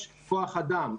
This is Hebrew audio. יש כוח אדם,